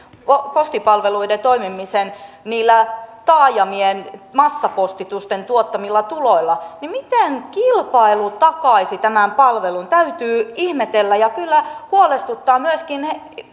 postipalveluiden toimimisen niillä taajamien massapostitusten tuottamilla tuloilla miten kilpailu takaisi tämän palvelun täytyy ihmetellä ja kyllä huolestuttaa myöskin